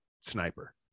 sniper